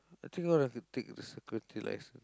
I think all have to take the security licence